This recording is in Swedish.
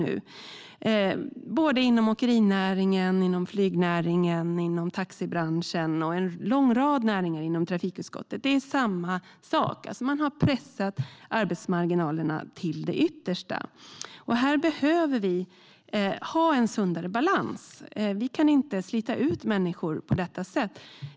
Det gäller såväl åkerinäringen som flygnäringen och taxibranschen och en lång rad andra näringar inom trafikutskottets område. Det är samma sak: Man har pressat arbetsmarginalerna till det yttersta. Här behöver vi ha en sundare balans; vi kan inte slita ut människor på detta sätt.